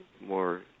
more